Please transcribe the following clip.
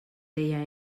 deia